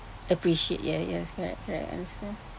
appreciate ye~ yes correct correct I